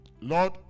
lord